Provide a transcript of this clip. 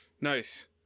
Nice